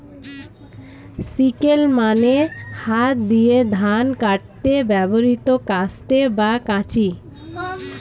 sickle মানে হাত দিয়ে ধান কাটতে ব্যবহৃত কাস্তে বা কাঁচি